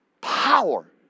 power